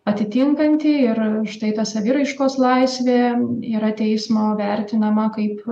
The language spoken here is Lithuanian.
atitinkanti ir štai ta saviraiškos laisvė yra teismo vertinama kaip